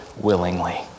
willingly